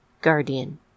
guardian